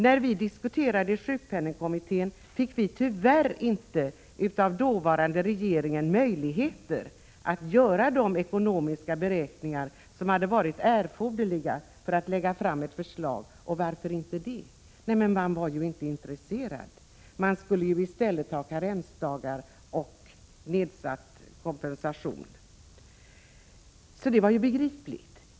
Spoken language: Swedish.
När vi diskuterade i sjukpenningkommittén fick vi tyvärr inte av den dåvarande regeringen möjligheter att göra de ekonomiska beräkningar som hade varit erforderliga för att lägga fram ett förslag, och varför inte det? Man var ju inte intresserad. Man skulle i stället ha karensdagar och nedsatt kompensation, så det var begripligt.